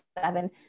seven